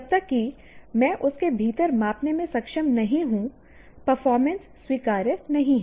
जब तक कि मैं उसके भीतर मापने में सक्षम नहीं हूं परफॉर्मेंस स्वीकार्य नहीं है